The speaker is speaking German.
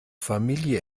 familie